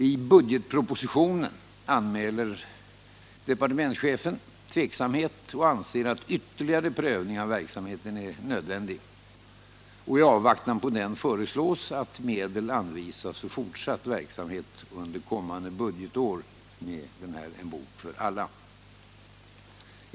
I budgetpropositionen anmäler departementschefen tveksamhet och anser att ytterligare prövning av verksamheten är nödvändig. I avvaktan på den föreslås att medel anvisas för fortsatt verksamhet under kommande budgetår med En bok för alla.